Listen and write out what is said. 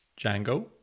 Django